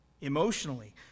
emotionally